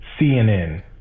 CNN